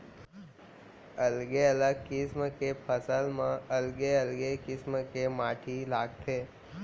अलगे अलग किसम के फसल म अलगे अलगे किसम के माटी लागथे